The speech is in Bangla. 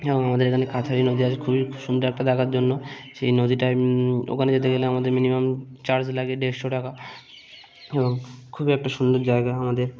এবং আমাদের এখানে কাছারি নদী আছে খুবই সুন্দর একটা দেখার জন্য সেই নদীটায় ওখানে যেতে গেলে আমাদের মিনিমাম চার্জ লাগে দেড়শো টাকা এবং খুবই একটা সুন্দর জায়গা আমাদের